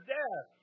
death